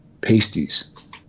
pasties